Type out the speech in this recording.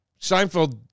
Seinfeld